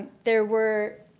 there were